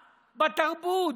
בתרבות,